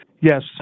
Yes